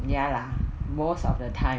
ya lah most of the time